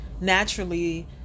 naturally